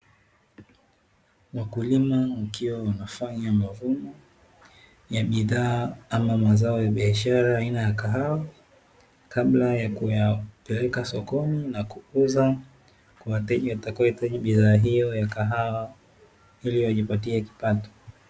Wakulima wakiwa wanafanya mavuno ya bidhaa ama mazao ya biashara aina ya kahawa, kabla ya kuyapeleka sokoni na kuuza, wateja watakaohitaji bidhaa hiyo ya kahawa iliwajipatie kipato.